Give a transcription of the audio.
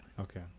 Okay